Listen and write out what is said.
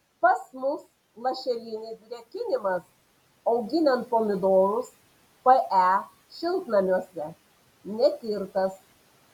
pas mus lašelinis drėkinimas auginant pomidorus pe šiltnamiuose netirtas